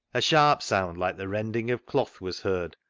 a sharp sound, like the rending of cloth, was heard,